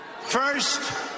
First